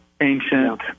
ancient